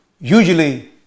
Usually